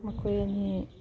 ꯃꯈꯣꯏ ꯑꯅꯤ